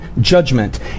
judgment